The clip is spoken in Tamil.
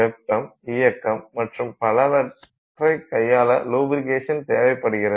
வெப்பம் இயக்கம் மற்றும் பலவற்றைக் கையாள லுப்பிரிக்கேஷன் தேவைப்படுகிறது